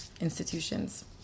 institutions